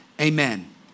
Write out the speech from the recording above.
Amen